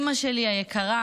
אימא שלי היקרה,